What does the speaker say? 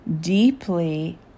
deeply